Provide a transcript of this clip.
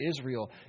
Israel